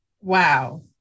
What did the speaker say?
wow